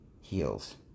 heals